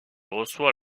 reçoit